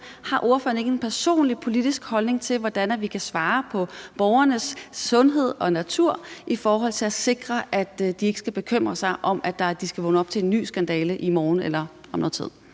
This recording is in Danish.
Har ordføreren ikke en personlig politisk holdning til, hvordan vi kan svare på borgernes bekymrede spørgsmål om sundhed og natur, så de ikke skal bekymre sig om, om de skal vågne op til en ny skandale i morgen eller om noget tid?